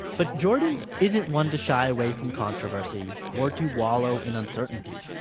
but jordan isn't one to shy away from controversy or to wallow in uncertainty.